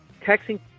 texting